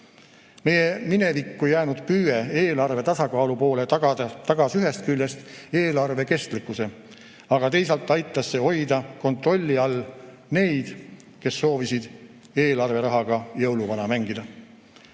Meie minevikku jäänud püüe eelarve tasakaalu poole tagas ühest küljest eelarve kestlikkuse, aga teisalt aitas see hoida kontrolli all neid poliitikuid, kes soovisid eelarverahaga jõuluvana mängida.